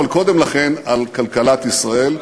אבל קודם לכן על כלכלת ישראל,